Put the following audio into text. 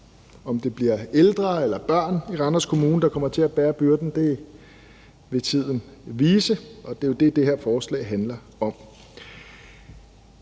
Om det bliver ældre eller børn i Randers Kommune, der kommer til at bære byrden, vil tiden vise, og det er jo det, det her forslag handler om.